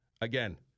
Again